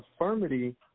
affirmity